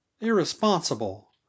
irresponsible